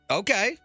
okay